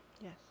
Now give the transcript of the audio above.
Yes